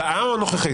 הבאה או הנוכחית?